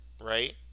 right